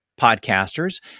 podcasters